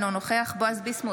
אינו נוכח בועז ביסמוט,